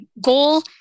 goal